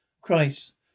Christ